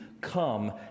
come